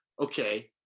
okay